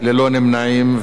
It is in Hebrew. ללא נמנעים,